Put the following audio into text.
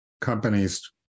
companies